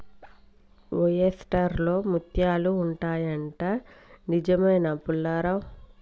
oyster లో ముత్యాలు ఉంటాయి అంట, నిజమేనా పుల్లారావ్